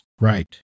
Right